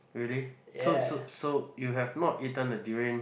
really so so so you have not eaten a durian